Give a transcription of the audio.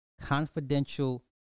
confidential